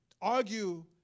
argue